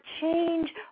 change